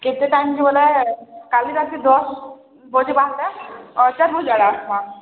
କେତେ ଟାଇମ୍ ଯିବେ ବୋଲେ କାଲି ରାତି ଦଶ ବଜେ ବାହାରିଲେ ଚାରି ବଜେ ଆଡ଼େ ଆସ୍ମା